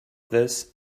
this